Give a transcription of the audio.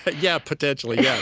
but yeah, potentially. yeah